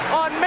on